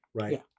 right